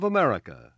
America